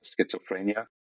Schizophrenia